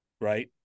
Right